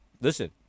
Listen